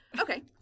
Okay